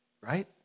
right